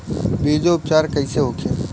बीजो उपचार कईसे होखे?